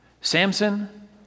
Samson